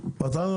בסדר,